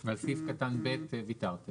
ועל סעיף קטן (ב) ויתרתם.